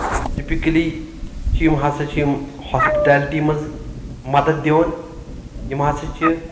ٹِپٔکٔلی چھِ یِم ہسا چھِ یِم ہوسپیٹلٹی منٛز مدتھ دِوان یِم ہسا چھِ